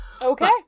Okay